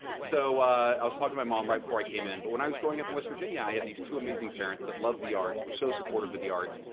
so i was talking to my mom right before i came in, but when i was growing up in west virginia, i had these two amazing parents that love the arts, were so supportive of the arts.